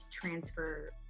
transfer